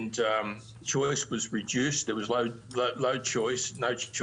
לא היה מבחר.